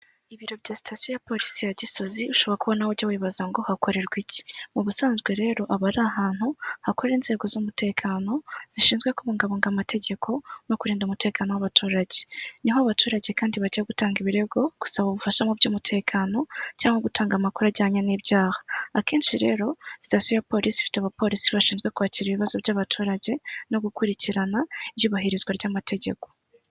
Ibiro bya sitasiyo ya polisi ya gisozi ushobora kubona nawe ujya wibaza ngo hakorerwe iki? Mu busanzwe rero aba ari ahantu hakorera inzego z'umutekano zishinzwe kubungabunga amategeko no kurinda umutekano w'abaturage. Niho abaturage kandi bajya gutanga ibirego, gusaba ubufasha mu by'umutekano, cyangwa gutanga amakuru ajyanye n'ibyaha, akenshi rero sitasiyo ya polisi ifite abapolisi bashinzwe kwakira ibibazo by'abaturage, no gukurikirana iyubahirizwa ry'amategeko.